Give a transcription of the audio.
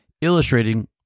Illustrating